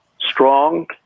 strong